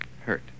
hurt